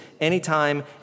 anytime